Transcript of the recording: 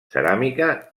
ceràmica